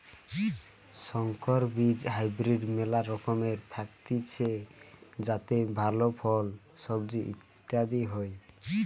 সংকর বীজ হাইব্রিড মেলা রকমের থাকতিছে যাতে ভালো ফল, সবজি ইত্যাদি হয়